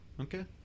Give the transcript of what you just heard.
Okay